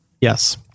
Yes